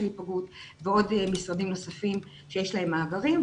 היפגעות ועוד משרדים נוספים שיש להם מאגרים.